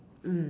mm